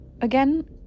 again